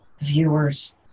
viewers